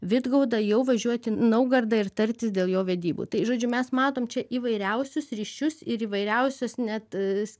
vidgaudą jau važiuoti į naugardą ir tartis dėl jo vedybų tai žodžiu mes matom čia įvairiausius ryšius ir įvairiausias net